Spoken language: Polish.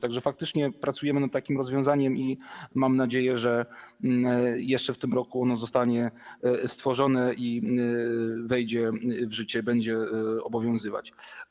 Tak że faktycznie pracujemy nad takim rozwiązaniem i mam nadzieję, że jeszcze w tym roku ono zostanie stworzone i wejdzie w życie, będzie obowiązywać.